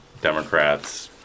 Democrats